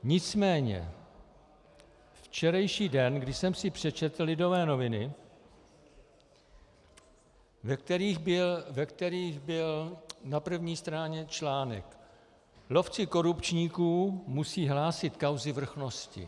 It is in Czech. Nicméně včerejší den, když jsem si přečetl Lidové noviny, ve kterých byl na první straně článek Lovci korupčníků musí hlásit kauzy vrchnosti.